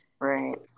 Right